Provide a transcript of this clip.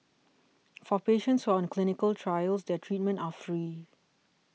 for patients on the clinical trials their treatments are free